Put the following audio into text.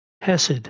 Hesed